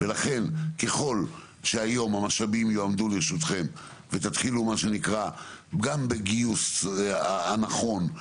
לכן ככל שהיום המשאבים יועמדו לרשותכם ותתחילו מה שנקרא גם בגיוס הנכון,